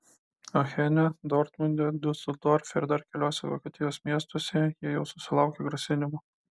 achene dortmunde diuseldorfe ir dar keliuose vokietijos miestuose jie jau susilaukė grasinimų